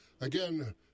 again